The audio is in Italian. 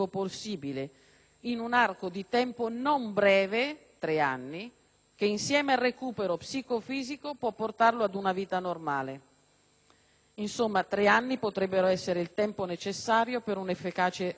che, insieme al recupero psico-fisico, può portarlo a una vita normale. Insomma, tre anni potrebbero essere il tempo necessario per un efficace recupero; cinque anni, invece, potrebbero allontanare l'obiettivo.